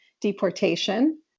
deportation